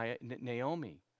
Naomi